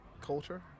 culture